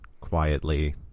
quietly